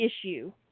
issue